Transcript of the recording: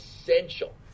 essential